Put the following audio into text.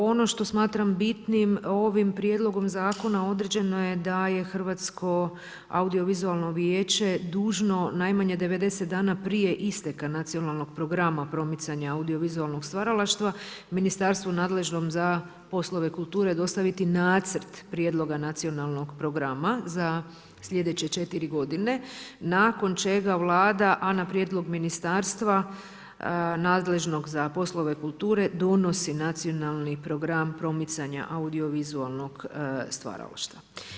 Ono što smatram bitnim, ovim prijedlogom zakona određeno je da je Hrvatsko audiovizualno vijeće dužno najmanje 90 dana prije isteka Nacionalnog programa promicanja audiovizualnog stvaralaštva ministarstvu nadležnom za poslove kulture dostaviti nacrt prijedloga nacionalnog programa za sljedeće četiri godine, nakon čega Vlada, a na prijedlog ministarstva nadležnog za poslove kulture donosi Nacionalni program promicanja audiovizualnog stvaralaštava.